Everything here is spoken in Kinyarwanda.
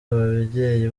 ababyeyi